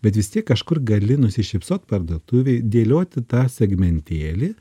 bet vis tiek kažkur gali nusišypsot parduotuvėj dėlioti tą segmentinėlį